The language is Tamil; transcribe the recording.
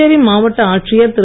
புதுச்சேரி மாவட்ட ஆட்சியர் திரு